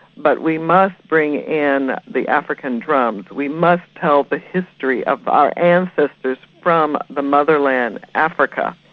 but we must bring in the african drums, we must tell the history of our ancestors from the motherland, africa.